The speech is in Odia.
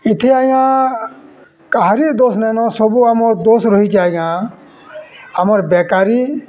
ଇଥି ଆଜ୍ଞା କାହାରିର୍ ଦୋଷ୍ ନାଇଁନ ସବୁ ଆମର୍ ଦୋଷ୍ ରହିଛେ ଆଜ୍ଞା ଆମର୍ ବେକାରୀ